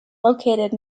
located